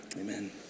Amen